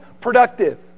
productive